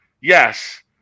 yes